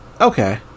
Okay